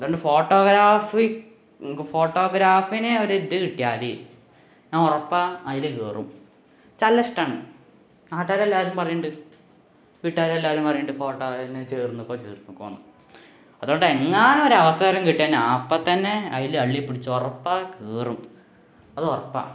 അതുകൊണ്ട് ഫോട്ടോഗ്രാഫി ഫോട്ടോഗ്രാഫിയില് ഒരിത് കിട്ടിയാല് ഞാന് ഉറപ്പാണ് അതില് കയറും ച്ചല്ലിഷ്ടാണ് നാട്ടുകാരെല്ലാവരും പറയുന്നുണ്ട് വീട്ടുകാരെല്ലാവരും പറയുന്നുണ്ട് ഫോട്ടോ അതിന് ചേർന്നിക്കോ ചേർന്നിക്കോന്ന് അതോണ്ടെങ്ങാനും ഒരവസരം കിട്ടിയാല് ഞാന് ഇപ്പോള്ത്തന്നെ അതില് അള്ളിപ്പിടിച്ച് ഉറപ്പാണ് കയറും അതുറപ്പാണ്